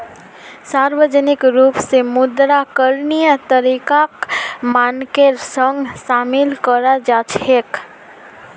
सार्वजनिक रूप स मुद्रा करणीय तरीकाक मानकेर संग शामिल कराल जा छेक